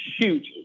shoot